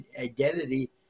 identity